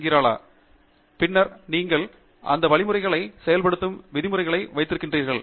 டங்கிராலா பின்னர் நீங்கள் அந்த வழிமுறைகளை செயல்படுத்தும் விதிமுறைகளை வைத்திருக்கின்றீர்கள்